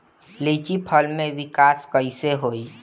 लीची फल में विकास कइसे होई?